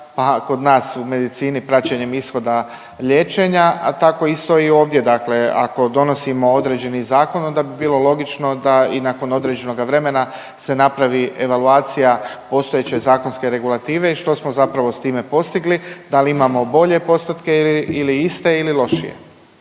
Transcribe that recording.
a kod nas u medicini praćenjem ishoda liječenja, a tako isto i ovdje, dakle ako donosimo određeni zakon onda bi bilo logično da i nakon određenoga vremena se napravi evaluacija postojeće zakonske regulative i što smo zapravo s time postigli, da li imamo bolje postotke ili iste ili lošije?